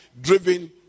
driven